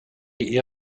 die